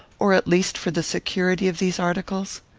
or at least for the security, of these articles?